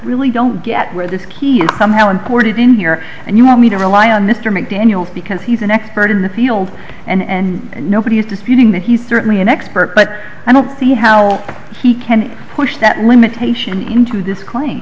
really don't get rid of somehow imported in here and you want me to rely on mr mcdaniel because he's an expert in the field and nobody is disputing that he's certainly an expert but i don't see how he can push that limitation into disclaim